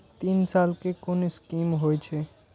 तीन साल कै कुन स्कीम होय छै?